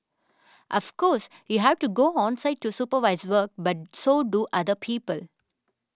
of course you have to go on site to supervise work but so do other people